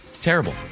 terrible